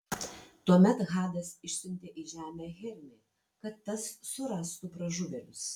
tuomet hadas išsiuntė į žemę hermį kad tas surastų pražuvėlius